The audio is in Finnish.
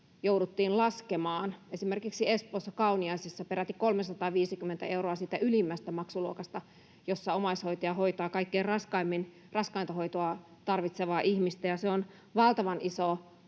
jouduttiin laskemaan esimerkiksi Espoossa, Kauniaisissa peräti 350 euroa siitä ylimmästä maksuluokasta, jossa omaishoitaja hoitaa kaikkein raskainta hoitoa tarvitsevaa ihmistä, ja se on valtavan iso